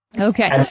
Okay